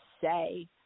say